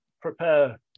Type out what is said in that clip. prepare